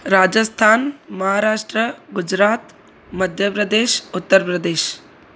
Rajasthan Maharashtra Gujarat Madhya Pradesh Uttar Pradesh